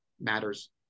matters